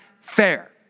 fair